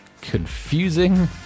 confusing